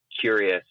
curious